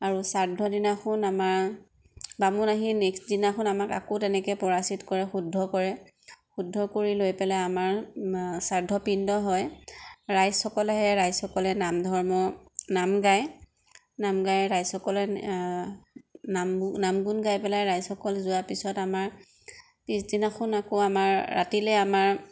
আৰু শ্ৰাদ্ধ দিনাখন আমাৰ বামুণ আহি নেক্সট দিনাখন আমাক আকৌ তেনেকে পৰাচিত কৰে শুদ্ধ কৰে শুদ্ধ কৰি লৈ পেলাই আমাৰ শ্ৰাদ্ধ পিণ্ড হয় ৰাইজসকল আহে ৰাইজসকলে নাম ধৰ্ম নাম গাই নাম গাই ৰাইজসকলে নাম গুণ নাম গুণ গাই পেলাই ৰাইজসকল যোৱা পিছত আমাক পিছদিনাখন আকৌ আমাৰ ৰাতিলৈ আমাৰ